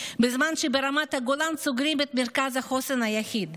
בזמן שברמת הגולן סוגרים את מרכז החוסן היחיד,